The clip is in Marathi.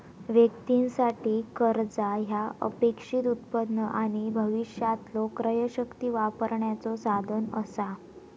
व्यक्तीं साठी, कर्जा ह्या अपेक्षित उत्पन्न आणि भविष्यातलो क्रयशक्ती वापरण्याचो साधन असा